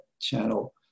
channel